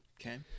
Okay